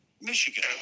Michigan